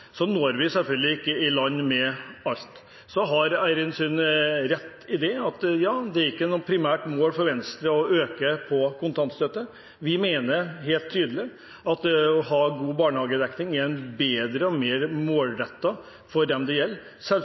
rett i at det ikke er et primært mål for Venstre å øke kontantstøtten. Vi mener helt tydelig at det å ha god barnehagedekning er bedre og mer målrettet for dem det gjelder.